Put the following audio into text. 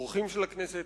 אורחים של הכנסת,